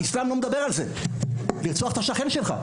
האסלאם לא מדבר על זה, על לרצוח את השכן שלך.